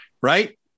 Right